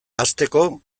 hasteko